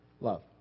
love